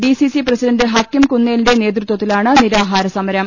D C C president Hakim കുന്നേലിന്റെ നേതൃത്വത്തിലാണ് നിരാഹാരസമരം